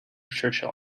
churchill